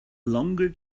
longer